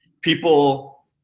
people